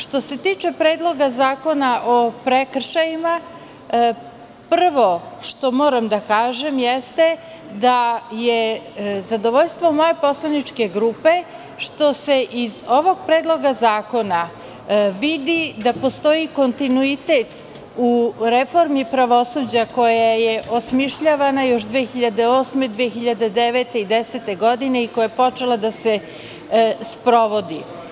Što se tiče Predloga zakona o prekršajima, prvo što moram da kažem jeste da je zadovoljstvo moje poslaničke grupe što se iz ovog predloga zakona vidi da postoji kontinuitet u reformi pravosuđa koja je osmišljavana još 2008, 2009. i 2010. godine i koja je počela da se sprovodi.